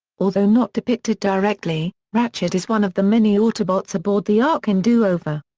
although not depicted directly, ratchet is one of the many autobots aboard the ark in do over.